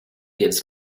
gives